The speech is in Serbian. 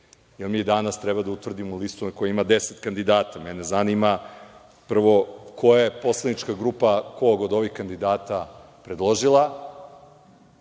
jer mi danas treba da utvrdimo listu na kojoj ima 10 kandidata. Mene zanima, prvo, koja je poslanička grupa kog od ovih kandidata predložila